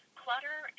clutter